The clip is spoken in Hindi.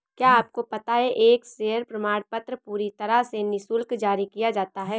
क्या आपको पता है एक शेयर प्रमाणपत्र पूरी तरह से निशुल्क जारी किया जाता है?